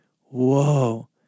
Whoa